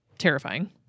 terrifying